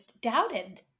doubted